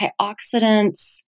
antioxidants